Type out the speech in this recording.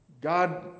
God